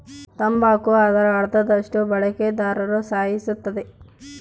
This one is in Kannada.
ತಂಬಾಕು ಅದರ ಅರ್ಧದಷ್ಟು ಬಳಕೆದಾರ್ರುನ ಸಾಯಿಸುತ್ತದೆ